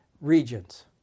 regions